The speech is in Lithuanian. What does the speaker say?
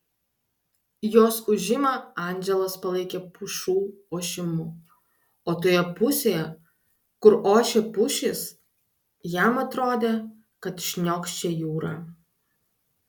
jos ūžimą andželas palaikė pušų ošimu o toje pusėje kur ošė pušys jam atrodė kad šniokščia jūra